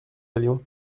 allions